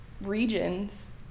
regions